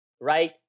Right